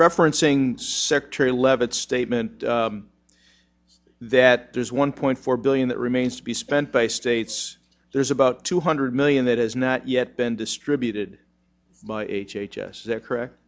referencing secretary leavitt statement that there's one point four billion that remains to be spent by states there's about two hundred million that has not yet been distributed by h h s that correct